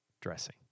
dressing